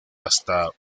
hasta